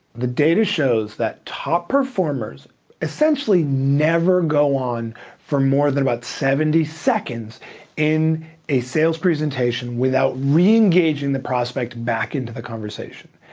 the data shows that top performers essentially never go on for more than about seventy seconds in a sales presentation without reengaging the prospect back into the conversation.